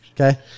Okay